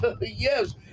yes